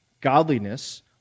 Godliness